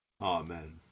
Amen